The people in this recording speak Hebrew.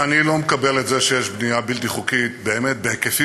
אני לא מקבל את זה שיש בנייה בלתי חוקית באמת בהיקפים